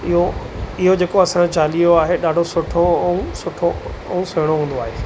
इहो इहो जेको असांजो चालीहो आहे ॾाढो सुठो ऐं सुठो ऐं सुहिणो हूंदो आहे